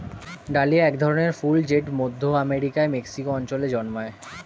dahlia এক ধরনের ফুল জেট মধ্য আমেরিকার মেক্সিকো অঞ্চলে জন্মায়